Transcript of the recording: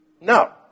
No